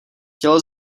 tělo